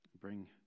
bring